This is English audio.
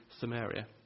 Samaria